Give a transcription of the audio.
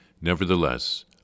Nevertheless